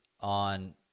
on